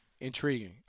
intriguing